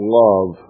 love